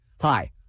Hi